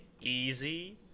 easy